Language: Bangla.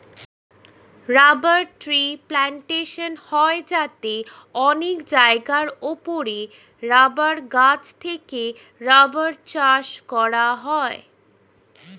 রাবার ট্রি প্ল্যান্টেশন হয় যাতে অনেক জায়গার উপরে রাবার গাছ থেকে রাবার চাষ করা হয়